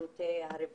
גם בשירותים הניתנים,